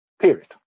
period